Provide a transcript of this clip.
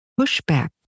pushback